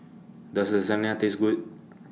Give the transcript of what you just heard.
Does Lasagne Taste Good